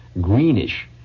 greenish